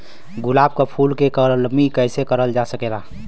गुलाब क फूल के कलमी कैसे करल जा सकेला?